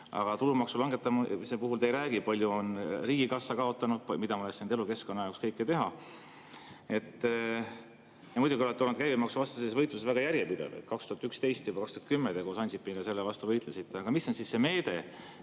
Aga tulumaksu langetamise puhul te ei räägi, palju on riigikassa kaotanud või mida me oleks võinud elukeskkonna jaoks kõike teha. Ja muidugi olete olnud käibemaksuvastases võitluses väga järjepidev: 2011 ja 2010 te koos Ansipiga selle vastu võitlesite. Aga mis on siis see meede,